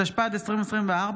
התשפ"ד 2024,